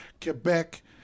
Quebec